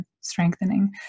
strengthening